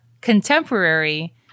contemporary